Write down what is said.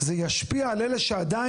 זה ישפיע על אלה שעדיין,